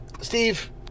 Steve